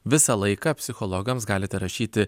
visą laiką psichologams galite rašyti